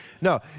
No